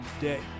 day